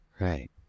Right